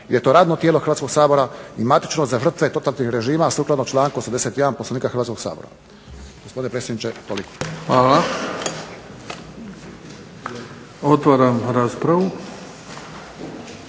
je to radno tijelo Hrvatskoga sabora i matično za žrtve totalitarnog režima sukladno članku 81. Poslovnika Hrvatskoga sabora. Gospodine predsjedniče, molim. **Bebić, Luka